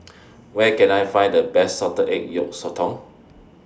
Where Can I Find The Best Salted Egg Yolk Sotong